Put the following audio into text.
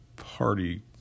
party